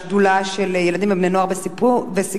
בשדולה של ילדים ובני-נוער בסיכון,